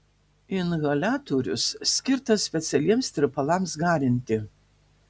inhaliatorius skirtas specialiems tirpalams garinti